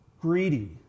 Greedy